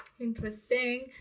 interesting